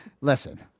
listen